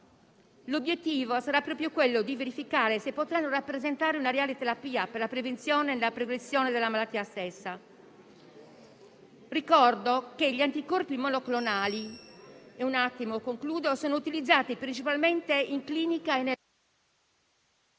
L'obiettivo sarà proprio quello di verificare se potranno rappresentare una reale terapia per la prevenzione e la progressione della malattia stessa. Ricordo che gli anticorpi monoclonali sono utilizzati principalmente in clinica e...